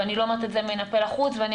ואני לא אומרת את זה מן הפה ולחוץ ואני